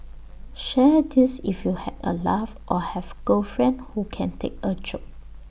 share this if you had A laugh or have girlfriend who can take A joke